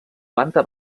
planta